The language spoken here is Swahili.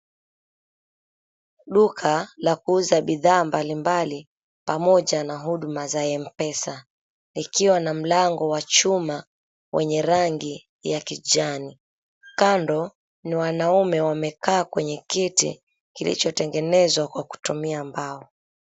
Duka la kuuza bidhaa mbalimbali pamoja na huduma za M-pesa ikiwa na mlango wa chuma wenye rangi ya kijani, kando ni wanaume wamekaa kwenye kiti kilichotengenezwa kwa kutumia mbao.